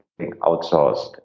outsourced